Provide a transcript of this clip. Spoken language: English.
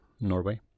Norway